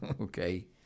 okay